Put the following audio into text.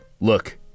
look